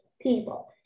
People